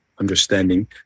understanding